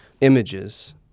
images